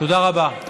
תודה רבה.